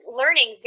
learning